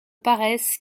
paresse